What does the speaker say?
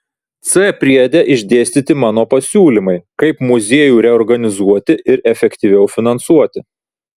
c priede išdėstyti mano pasiūlymai kaip muziejų reorganizuoti ir efektyviau finansuoti